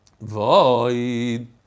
Void